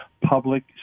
public